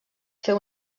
fer